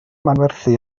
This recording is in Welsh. manwerthu